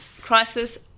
crisis